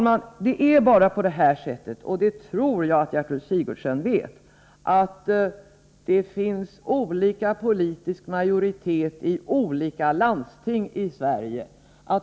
Men det är så — och det tror jag att Gertrud Sigurdsen vet — att det finns olika politiska majoriteter i olika landsting i Sverige.